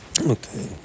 Okay